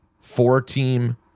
four-team